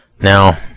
now